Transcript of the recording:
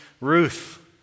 Ruth